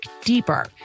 deeper